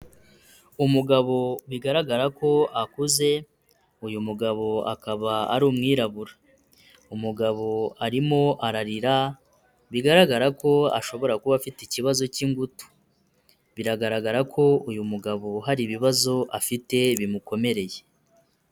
Umugabo bigaragara ko akuze, uyu mugabo akaba ari umwirabura. Umugabo arimo ararira bigaragara ko ashobora kuba afite ikibazo cy'ingutu. Biragaragara ko uyu mugabo hari ibibazo afite bimukomereye.